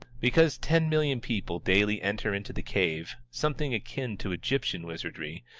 because ten million people daily enter into the cave, something akin to egyptian wizardry,